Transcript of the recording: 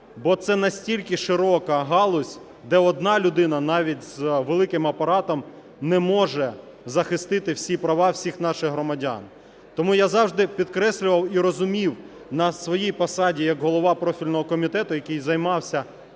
бо це настільки широка галузь, де одна людина, навіть з великим апаратом не може захистити всі права всіх наших громадян. Тому я завжди підкреслював і розумів на своїй посаді як голова профільного комітету, який займався